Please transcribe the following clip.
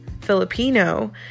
Filipino